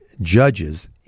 judges